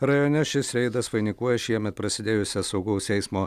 rajone šis reidas vainikuoja šiemet prasidėjusią saugaus eismo